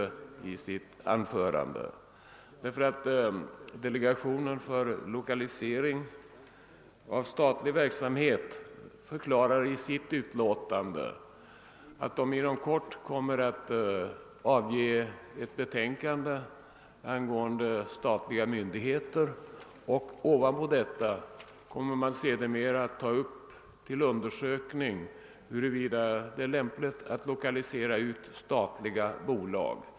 Delegationen för lokalisering av statlig verksamhet förklarar nämligen i sitt utlåtande att delegationen inom kort kommer att avge ett betänkande angående statliga myndigheter och sedermera kommer att göra en undersökning huruvida det är lämpligt att omlokalisera statliga bolag.